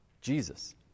Jesus